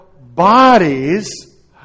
bodies